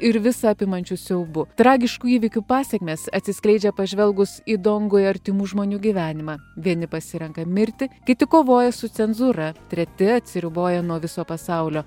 ir visa apimančiu siaubu tragiškų įvykių pasekmės atsiskleidžia pažvelgus į dongui artimų žmonių gyvenimą vieni pasirenka mirtį kiti kovoja su cenzūra treti atsiriboja nuo viso pasaulio